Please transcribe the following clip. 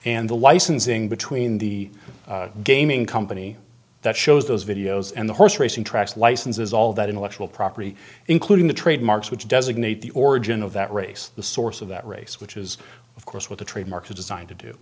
and the licensing between the gaming company that shows those videos and the horse racing tracks licenses all that intellectual property including the trademarks which designate the origin of that race the source of that race which is of course what the trademark is designed to do